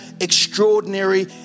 extraordinary